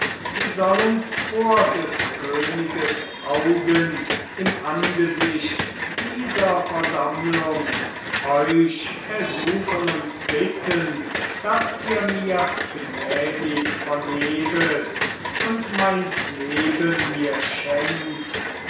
sie sollen vor des königes augen im angesicht dieser versammlung euch ersuchen und bitten daß ihr mir gnädig vergebet und mein leben mir schenkt